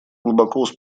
глубоко